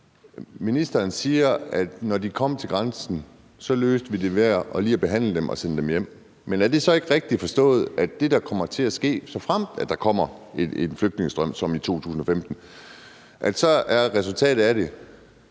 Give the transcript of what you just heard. Ministeren siger, at når de kom til grænsen, løste vi det ved lige at behandle deres sag og sende dem hjem. Men er det så ikke rigtigt forstået, at det, der kommer til at ske, altså det, der bliver resultatet af det,